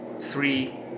three